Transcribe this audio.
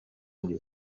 дии